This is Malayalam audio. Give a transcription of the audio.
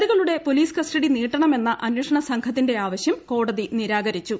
പ്രതികളുടെ പോലീസ് കസ്റ്റഡി നീട്ടണമെന്ന അന്വേഷണ സംഘത്തിന്റെ ആവശ്യം കോടതി നിരാകരിച്ചു